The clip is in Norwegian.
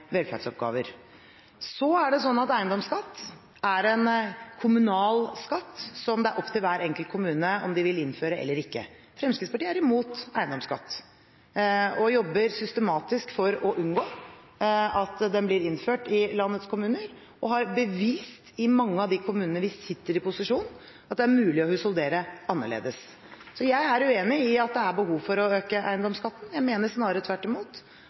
velferdsoppgaver. Så er det sånn at eiendomsskatt er en kommunal skatt som det er opp til hver enkelt kommune om de vil innføre eller ikke. Fremskrittspartiet er imot eiendomsskatt og jobber systematisk for å unngå at den blir innført i landets kommuner, og har bevist i mange av de kommunene vi sitter i posisjon, at det er mulig å husholdere annerledes. Jeg er uenig i at det er behov for å øke eiendomsskatten. Jeg mener snarere tvert imot